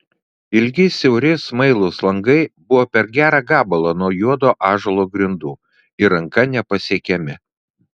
ilgi siauri smailūs langai buvo per gerą gabalą nuo juodo ąžuolo grindų ir ranka nepasiekiami